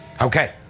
Okay